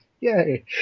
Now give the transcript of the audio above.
yay